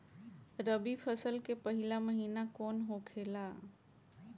रबी फसल के पहिला महिना कौन होखे ला?